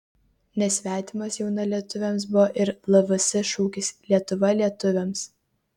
nesvetimas jaunalietuviams buvo ir lvs šūkis lietuva lietuviams